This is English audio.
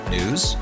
News